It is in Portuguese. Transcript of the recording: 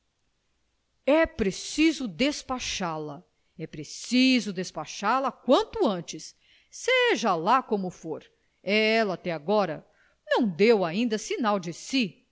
é preciso despachá la é preciso despachá la quanto antes seja lá como for ela até agora não deu ainda sinal de si